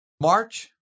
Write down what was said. March